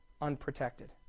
unprotected